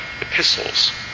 epistles